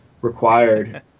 required